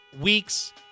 weeks